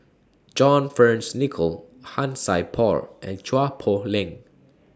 John Fearns Nicoll Han Sai Por and Chua Poh Leng